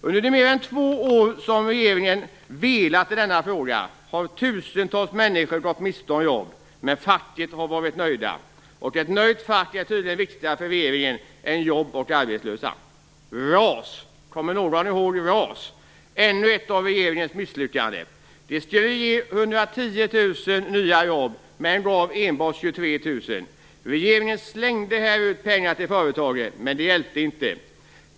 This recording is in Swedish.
Under de mer är två år som regeringen velat i denna fråga har tusentals människor gått miste om jobb, men facket har varit nöjt. Ett nöjt fack är tydligen viktigare för regeringen än jobb och arbetslösa. Kommer någon ihåg RAS? Det är ännu ett av regeringens misslyckanden. Det skulle ge 110 000 nya jobb, men gav enbart 23 000. Regeringen slängde ut pengar till företagen, men det hjälpte inte.